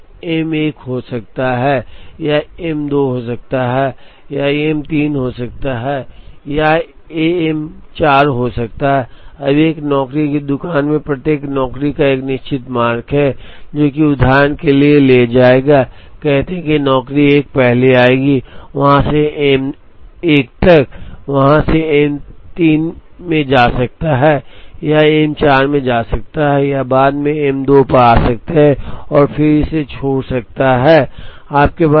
तो यह एम 1 हो सकता है यह एम 2 हो सकता है यह एम 3 हो सकता है यह एम 4 हो सकता है अब एक नौकरी की दुकान में प्रत्येक नौकरी का एक निश्चित मार्ग है जो कि उदाहरण के लिए ले जाएगा कहते हैं कि नौकरी 1 पहले आएगी वहां से M 1 तक यह वहां से M 3 में जा सकता है यह M 4 में जा सकता है यह बाद में M 2 पर आ सकता है और फिर इसे छोड़ सकता है